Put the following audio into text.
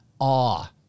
awe